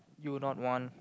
you don't want